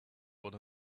one